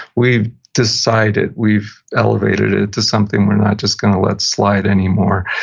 we've decided. we've elevated it into something we're not just going to let slide anymore.